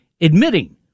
admitting